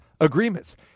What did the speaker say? agreements